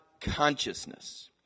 consciousness